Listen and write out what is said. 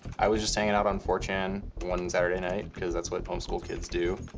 i was just hanging out on four chan one saturday night, cause that's what homeschool kids do.